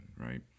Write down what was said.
right